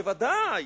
בוודאי.